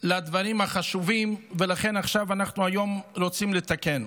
לדברים החשובים, ולכן היום אנחנו רוצים לתקן.